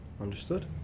Understood